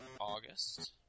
August